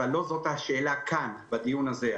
אבל לא זאת השאלה כאן בדיון הזה.